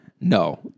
No